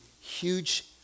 huge